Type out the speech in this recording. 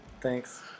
Thanks